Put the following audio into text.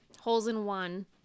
holes-in-one